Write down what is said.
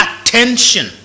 attention